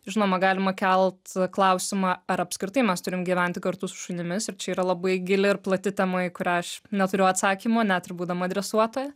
žinoma galima kelt klausimą ar apskritai mes turim gyventi kartu su šunimis ir čia yra labai gili ir plati tema į kurią aš neturiu atsakymo net ir būdama dresuotoja